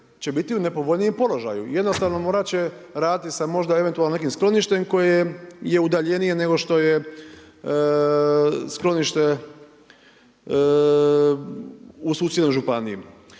će biti u nepovoljnijem položaju, jednostavno morat će raditi sa možda eventualno nekim skloništem koje je udaljenije nego što je sklonište u susjednoj županiji.